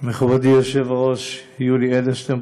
מכובדי היושב-ראש יולי אדלשטיין,